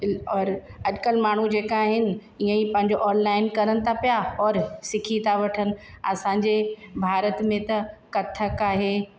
और अॼकल्ह माण्हू जेका आहिनि ईअं ई पंहिंजो ऑनलाइन करण था पिया और सिखी था वठण असांजे भारत में त कथक आहे